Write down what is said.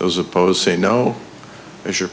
was opposed say no if you